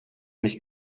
nicht